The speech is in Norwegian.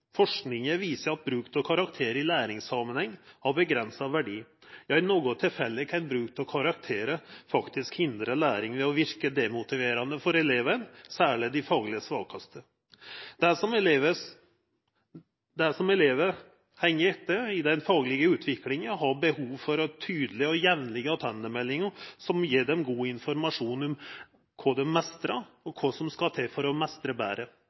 Forskinga viser at bruk av karakterar i læringssamanheng har avgrensa verdi – ja i nokre tilfelle kan bruk av karakterar faktisk hindra læring ved å verka demotiverande for elevane, særleg dei fagleg svakaste. Dei elevane som heng etter i den faglege utviklinga, har behov for tydelege og jamlege attendemeldingar som gjev dei god informasjon om kva dei meistrar, og kva som skal til for å meistra betre.